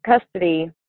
custody